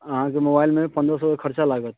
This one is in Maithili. अहाँकेँ मोबाइलमे पंद्रह सएके खर्चा लागत